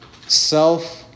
Self-